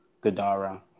Gadara